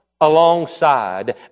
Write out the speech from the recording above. alongside